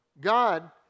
God